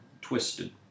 twisted